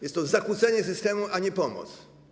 Jest to zakłócenie systemu, a nie pomoc.